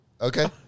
Okay